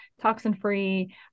toxin-free